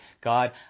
God